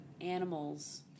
animals